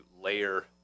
layer